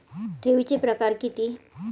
ठेवीचे प्रकार किती?